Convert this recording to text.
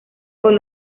con